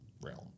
realm